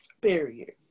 Period